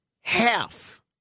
Half